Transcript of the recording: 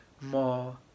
more